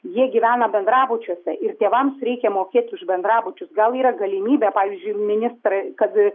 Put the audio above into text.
jie gyvena bendrabučiuose ir tėvams reikia mokėt už bendrabučius gal yra galimybė pavyzdžiui ministrai kad